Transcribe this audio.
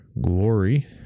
Glory